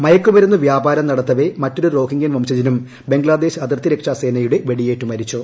മയക്ക് മരുന്ന് വ്യാപാരം നടത്തവെ മറ്റൊരു റോഹിംഗ്യൻ വംശജനും ബംഗ്ലാദേശ് അതിർത്തിരക്ഷാ സേനയുടെ വെടിയേറ്റു മരിച്ചു